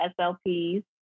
SLPs